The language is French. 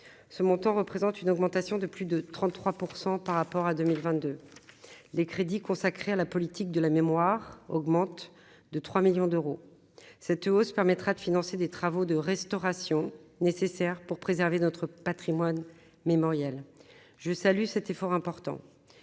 ce montant représente une augmentation de plus de 33 % par rapport à 2022 les crédits consacrés à la politique de la mémoire augmente de 3 millions d'euros, cette hausse permettra de financer des travaux de restauration nécessaire pour préserver notre Patrimoine mémoriel je salue cet effort important